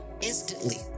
instantly